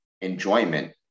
enjoyment